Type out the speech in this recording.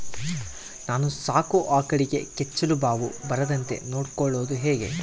ನಾನು ಸಾಕೋ ಆಕಳಿಗೆ ಕೆಚ್ಚಲುಬಾವು ಬರದಂತೆ ನೊಡ್ಕೊಳೋದು ಹೇಗೆ?